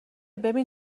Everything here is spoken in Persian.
ببین